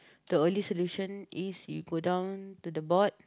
the only solution is you go down to the board